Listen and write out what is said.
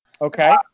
Okay